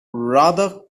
rather